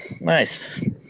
Nice